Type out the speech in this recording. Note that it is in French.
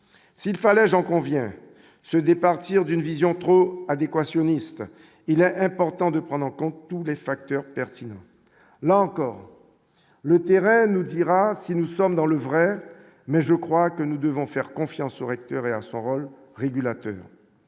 s'il fallait, j'en conviens, se départir d'une vision trop adéquation ministre il y a un important de prenant compte tous les facteurs pertinents, là encore le terrain nous dira si nous sommes dans le vrai, mais je crois que nous devons faire confiance au recteur et à son rôle régulateur,